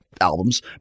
albums